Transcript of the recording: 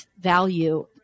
value